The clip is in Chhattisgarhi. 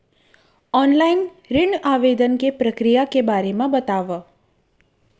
ऑनलाइन ऋण आवेदन के प्रक्रिया के बारे म बतावव?